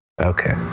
okay